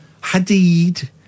Hadid